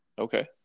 Okay